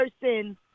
person